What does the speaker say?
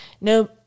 no